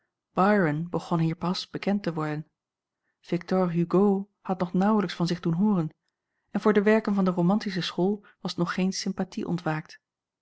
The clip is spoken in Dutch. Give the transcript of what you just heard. byron begon hier pas bekend te worden victor hugo had nog naauwlijks van zich doen hooren en voor de werken van de romantische school was nog geen sympathie ontwaakt